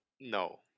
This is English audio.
no